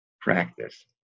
practice